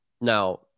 Now